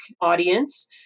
audience